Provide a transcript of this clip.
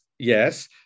Yes